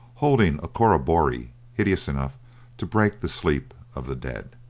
holding a corroboree hideous enough to break the sleep of the dead.